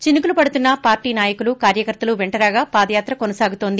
చినుకులు పడుతున్నా పార్లీ నాయకులుకార్యకర్తలు వెంటరాగా పాదయాత్ర కొనసాగుతోంది